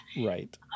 right